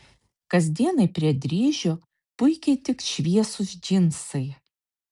kasdienai prie dryžių puikiai tiks šviesūs džinsai